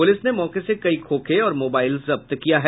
police ने मौके से कई खोखे और मोबाईल जब्त किया है